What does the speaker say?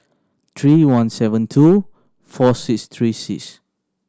three one seven two four six three six